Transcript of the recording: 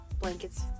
blankets